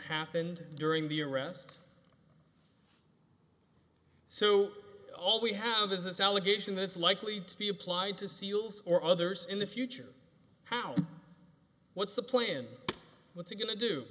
happened during the arrest so all we have is this allegation that's likely to be applied to seals or others in the future how what's the plan what's it going to do